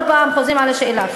כל פעם חוזרים על השאלה.